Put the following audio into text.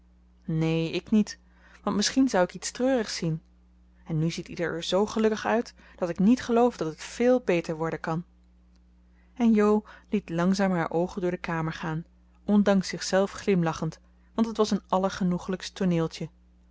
neen ik niet want misschien zou ik iets treurigs zien en nu ziet ieder er zoo gelukkig uit dat ik niet geloof dat het veel beter worden kan en jo liet langzaam haar oogen door de kamer gaan ondanks zichzelf glimlachend want het was een allergenoegelijkst tooneeltje